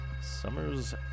summers